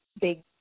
big